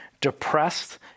depressed